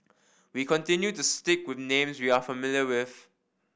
we continue to stick with names we are familiar with